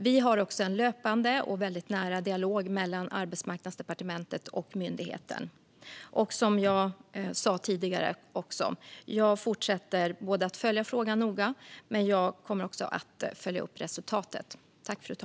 Vi har också en löpande och väldigt nära dialog mellan Arbetsmarknadsdepartementet och myndigheten. Som jag sa tidigare fortsätter jag att följa frågan noga, och jag kommer också att följa upp resultatet.